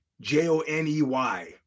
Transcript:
J-O-N-E-Y